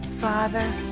Father